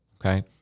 Okay